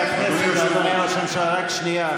אתה, חברי הכנסת, אדוני ראש הממשלה, רק שנייה.